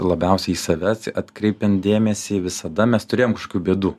labiausiai į save atkreipiam dėmesį visada mes turėjom kažkokių bėdų